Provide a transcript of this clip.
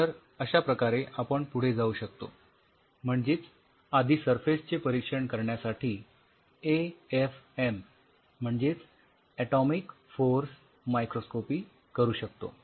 तर अश्या प्रकारे आपण पुढे जाऊ शकतो म्हणजेच आधी सरफेसचे परीक्षण करण्यासाठी एएफएम म्हणजेच ऍटोमिक फोर्स मायक्रोस्कोपी करू शकतो